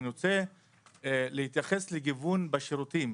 אני רוצה להתייחס לגיוון בשירותים.